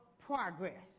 progress